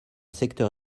secteur